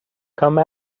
come